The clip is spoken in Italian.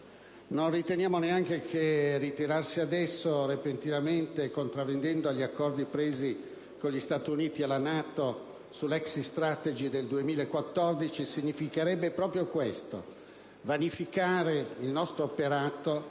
E riteniamo che ritirarsi adesso - repentinamente e contravvenendo agli accordi presi con gli Stati Uniti e la NATO sull'*exit strategy* del 2014 - significherebbe proprio questo: vanificare il nostro operato,